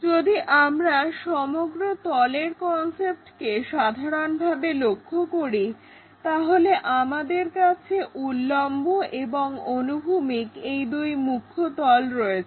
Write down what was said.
যদি আমরা সমগ্র তলের কনসেপ্টকে সাধারণভাবে লক্ষ্য করি তাহলে আমাদের কাছে উল্লম্ব এবং অনুভূমিক এই দুই মুখ্য তল রয়েছে